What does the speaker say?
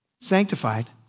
sanctified